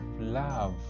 love